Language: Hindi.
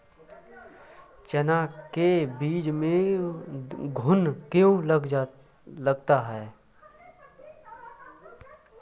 चना के बीज में घुन क्यो लगता है?